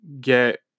get